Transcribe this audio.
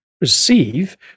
receive